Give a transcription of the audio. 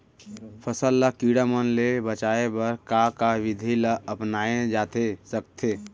फसल ल कीड़ा मन ले बचाये बर का का विधि ल अपनाये जाथे सकथे?